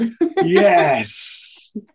Yes